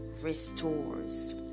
restores